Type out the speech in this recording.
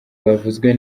bavuzwe